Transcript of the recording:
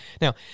now